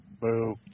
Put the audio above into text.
Boo